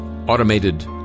automated